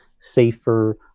safer